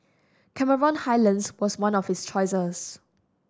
Cameron Highlands was one of his choices